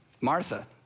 Martha